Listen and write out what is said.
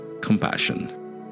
Compassion